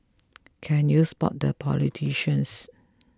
can you spot the politicians